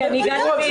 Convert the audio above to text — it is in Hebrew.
כי אני --- כן.